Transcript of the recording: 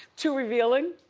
too revealing,